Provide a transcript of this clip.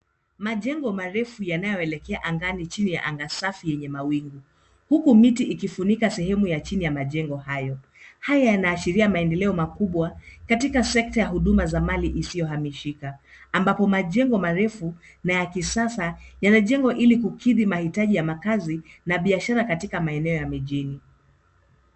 Majengo marefu yanayoelekea angani chini ya anga safi yenye mawingu, huku miti ikifunika sehemu ya chini ya majengo hayo. Haya yanaashiria maendeleo makubwa katika sekta ya huduma za mali isiyohamishika. Ambapo majengo marefu na ya kisasa yanajengwa ili kukidhi mahitaji ya makazi na biashara katika maeneo ya mijini.